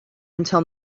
until